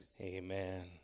Amen